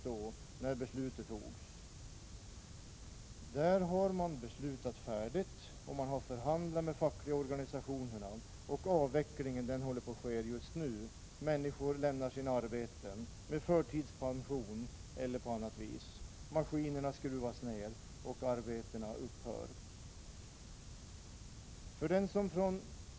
Där har man beslutat färdigt. Man har förhandlat med de fackliga organisationerna, och avvecklingen pågår just nu. Människor lämnar sina arbeten med förtidspension eller på annat vis. Maskinerna skruvas ner och arbetena upphör.